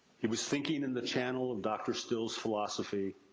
he was thinking in the channel of dr. still's philosophy.